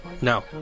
No